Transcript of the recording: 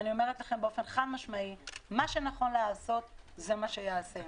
אני אומרת לכם באופן חד-משמעי: מה שנכון לעשות זה מה שייעשה.